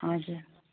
हजुर